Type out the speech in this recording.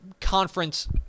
conference